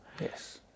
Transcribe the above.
Yes